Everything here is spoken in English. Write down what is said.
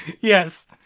Yes